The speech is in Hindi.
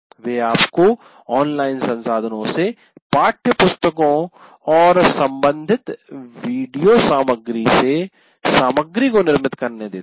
वे आपको ऑनलाइन संसाधनों से पाठ्यपुस्तकों और संबंधित वीडियो सामग्री से सामग्री को निर्मित करने देते हैं